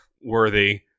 worthy